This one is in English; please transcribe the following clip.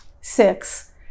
Six